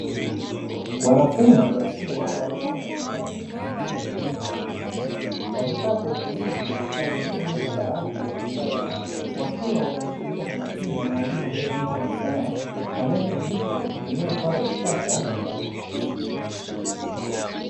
Wanafunzi wa chuo wa rika mbalimbali na jinsia ya kike na kiume, wamekaa kwa utulivu darasani juu ya madawati ya kisasa, wakiwa wanamsikiliza kwa makini mwalimu aliyesimama mbele yao anayefundisha kwa kutumia vifaa vya kisasa na sauti.